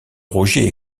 rogier